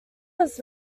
was